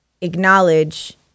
acknowledge